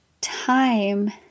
time